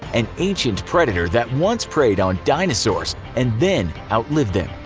an ancient predator that once preyed on dinosaurs and then outlived them.